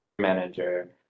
manager